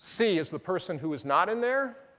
c is the person who is not in there.